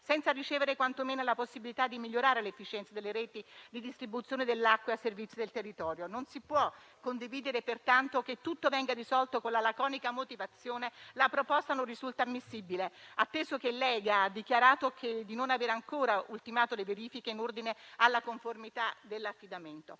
senza ricevere quantomeno la possibilità di migliorare l'efficienza delle reti di distribuzione dell'acqua a servizio del territorio. Non si può condividere pertanto che tutto venga risolto con la laconica motivazione che la proposta non risulta ammissibile, atteso che l'EGA ha dichiarato di non aver ancora ultimato le verifiche in ordine alla conformità dell'affidamento.